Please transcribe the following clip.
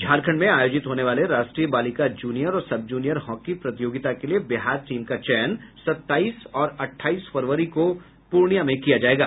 झारखंड में आयोजित होने वाले राष्ट्रीय बालिका जूनियर और सब जूनियर हॉकी प्रतियोगिता के लिए बिहार टीम का चयन सत्ताईस और अट्ठाईस फरवरी को पूर्णिया में किया जायेगा